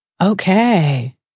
Okay